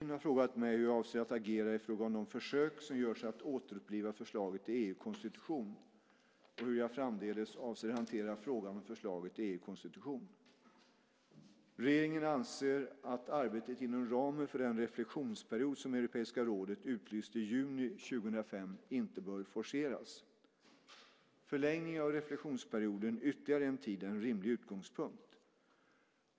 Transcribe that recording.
Herr talman! Gustav Fridolin har frågat mig hur jag avser att agera i fråga om de försök som görs att återuppliva förslaget till EU-konstitution och hur jag framdeles avser att hantera frågan om förslaget till EU-konstitution. Regeringen anser att arbetet inom ramen för den reflektionsperiod som Europeiska rådet utlyste i juni 2005 inte bör forceras. Förlängning av reflektionsperioden ytterligare en tid är en rimlig utgångspunkt.